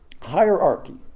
hierarchy